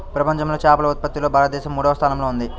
ప్రపంచంలో చేపల ఉత్పత్తిలో భారతదేశం మూడవ స్థానంలో ఉంది